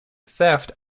theft